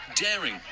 daring